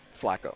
Flacco